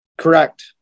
correct